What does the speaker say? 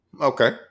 Okay